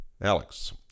Alex